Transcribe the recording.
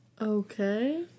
Okay